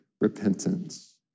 repentance